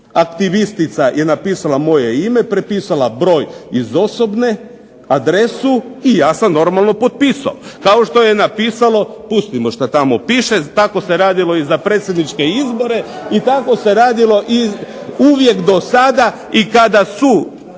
Aktivistica je napisala moje ime, prepisala broj iz osobne, adresu i ja sam normalno potpisao kao što je napisano pustimo šta tamo piše tako se radilo i za predsjedničke izbore i tako se radilo i uvijek do sada i kada su